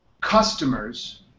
customers